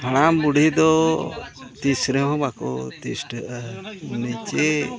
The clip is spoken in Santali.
ᱦᱟᱲᱟᱢᱼᱵᱩᱰᱦᱤ ᱫᱚ ᱛᱤᱥ ᱨᱮᱦᱚᱸ ᱵᱟᱠᱚ ᱛᱤᱥᱴᱟᱹᱜᱼᱟ ᱢᱟᱱᱮ ᱪᱮᱫ